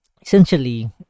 essentially